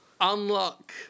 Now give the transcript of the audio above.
unlock